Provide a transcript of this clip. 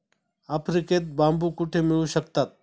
आफ्रिकेत बांबू कुठे मिळू शकतात?